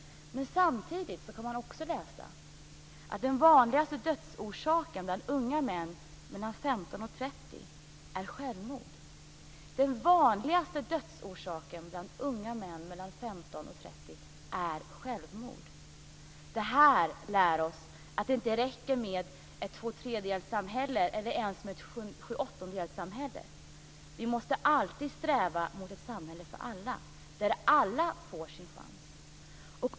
Samtidigt kan man också läsa att den vanligaste dödsorsaken bland unga män mellan 15 och 30 är självmord. Den vanligaste dödsorsaken bland unga män mellan 15 och 30 är självmord! Det här lär oss att det inte räcker med ett tvåtredjedelssamhälle eller ens med ett sjuåttondelssamhälle. Vi måste alltid sträva mot ett samhälle för alla, där alla får sin chans.